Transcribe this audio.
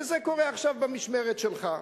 וזה קורה עכשיו במשמרת שלך.